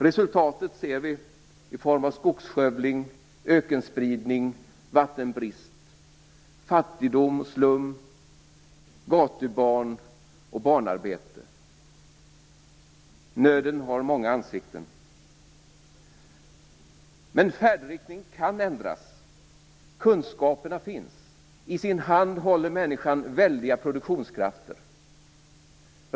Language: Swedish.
Resultatet ser vi i form av skogsskövling, ökenspridning, vattenbrist, fattigdom, slum, gatubarn och barnarbete. Nöden har många ansikten. Men färdriktningen kan ändras. Kunskaperna finns. I sin hand håller människan väldiga produktionskrafter.